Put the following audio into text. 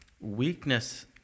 weakness